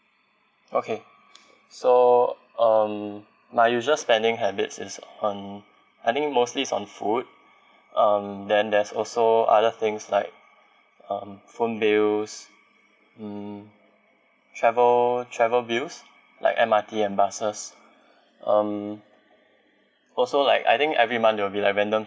okay so um my usual spending habits is on I think mostly is on food um then there's also other things like um phone bills mm travel travel bills like M_R_T and buses um also like I think every month will be like random